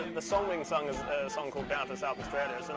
the song being sung is a song called down to south